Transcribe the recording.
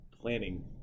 planning